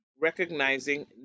recognizing